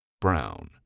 brown